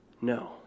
no